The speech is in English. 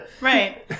Right